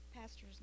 pastor's